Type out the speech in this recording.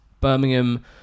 Birmingham